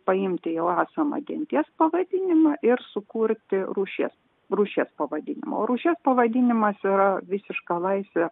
paimti jau esamą genties pavadinimą ir sukurti rūšies rūšies pavadinimą o rūšies pavadinimas yra visiška laisvė